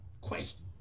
Question